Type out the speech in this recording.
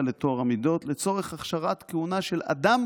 לטוהר המידות לצורך הכשרת כהונה של אדם